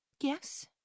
Yes